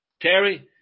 Terry